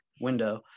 window